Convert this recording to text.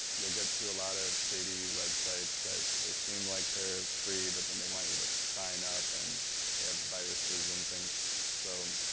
you'll get to a lot of shady websites that they seem like they are free but they want you to sign up and they have viruses and things so,